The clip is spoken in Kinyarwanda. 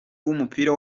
w’umupira